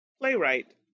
playwright